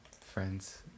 Friends